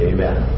Amen